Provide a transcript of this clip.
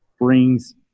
brings